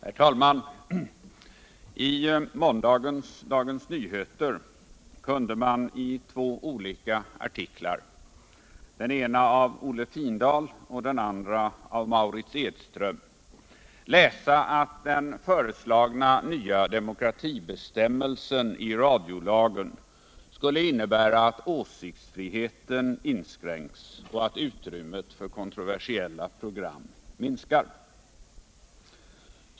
Herr talman! I måndagens Dagens Nyheter kunde man i två olika artiklar. den ena av Olle Findahl och den andra av Mauritz Edström, läsa att den föreslagna nya demokratibestämmelsen i radiolagen skulle innebira att åsiktsfriheten inskränks och utrymmet för kontroversiella program minskar.